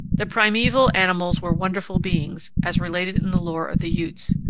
the primeval animals were wonderful beings, as related in the lore of the utes.